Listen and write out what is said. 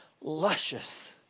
luscious